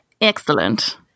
Excellent